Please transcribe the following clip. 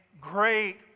great